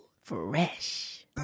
Fresh